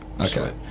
Okay